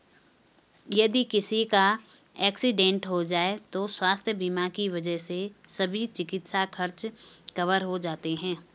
यदि किसी का एक्सीडेंट हो जाए तो स्वास्थ्य बीमा की वजह से सभी चिकित्सा खर्च कवर हो जाते हैं